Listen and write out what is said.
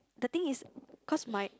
the thing is cause my